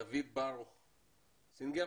דוד ברוך סינגר